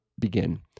begin